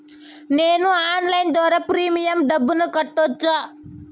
నేను ఆన్లైన్ ద్వారా ప్రీమియం డబ్బును కట్టొచ్చా?